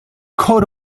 coat